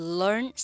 learn